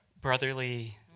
brotherly